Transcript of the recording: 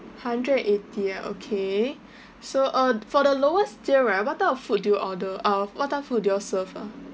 hundred and eighty ah okay so uh for the lowest tier right what type of food do you order uh what type of food do you all serve ah